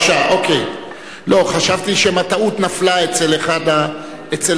חשבתי שמא טעות נפלה אצל אחד המכשירים.